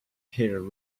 hill